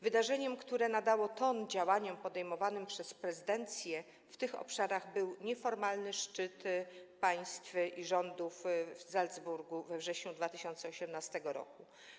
Wydarzeniem, które nadało ton działaniom podejmowanym przez prezydencję w tych obszarach, był nieformalny szczyt szefów państw i rządów w Salzburgu we wrześniu 2018 r.